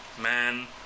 man